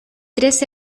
tres